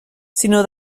sinó